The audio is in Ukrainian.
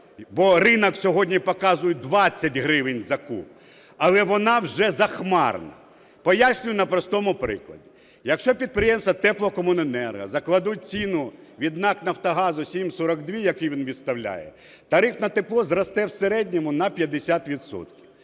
бо ринок сьогодні показує 20 гривень за куб, але вона вже захмарна. Пояснюю на простому прикладі. Якщо підприємства теплокомуненерго закладуть ціну від НАК "Нафтогазу" 7,42, яку він виставляє, тариф на тепло зросте в середньому на 50